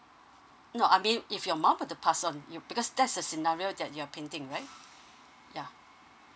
no I mean if you're mom were to pass on because that's a scenario that you're painting right yeah